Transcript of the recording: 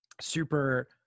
super